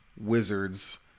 Wizards